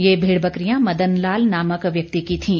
ये भेड़ बकरियां मदन लाल नामक व्यक्ति की थीं